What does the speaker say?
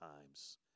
times